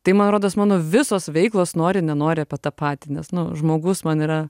tai man rodos mano visos veiklos nori nenori apie tą patį nes nu žmogus man yra